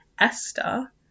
Esther